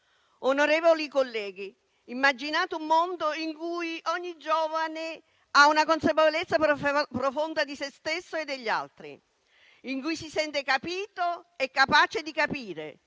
Onorevoli colleghi, immaginate un mondo in cui ogni giovane ha una consapevolezza profonda di sé stesso e degli altri, in cui si sente capito e capace di capire,